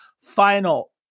final